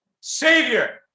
Savior